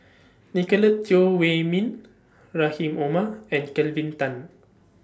Nicolette Teo Wei Min Rahim Omar and Kelvin Tan